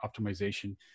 optimization